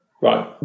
Right